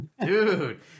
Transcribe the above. dude